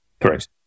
Correct